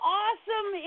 awesome